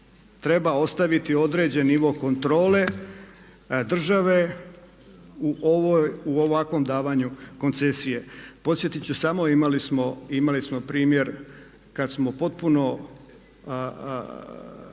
treba ostaviti određeni nivo kontrole države u ovakvom davanju koncesije. Podsjetiti ću samo, imali smo primjer kada smo potpuno,